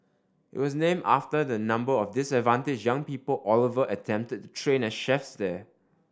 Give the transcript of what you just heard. it was named after the number of disadvantaged young people Oliver attempted to train as chefs there